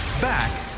Back